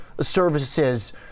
services